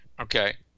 Okay